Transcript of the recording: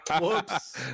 whoops